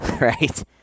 right